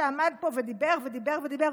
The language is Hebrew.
שעמד פה ודיבר ודיבר,